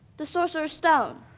the sorcerer's stone.